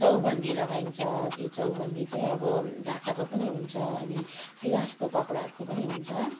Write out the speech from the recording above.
चौबनदी लगाइन्छ त्यो चौबन्दी चाहिँ अब ढाकाको पनि हुन्छ अनि पिलासको कपडाहरूको पनि हुन्छ